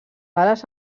ales